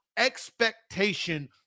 expectation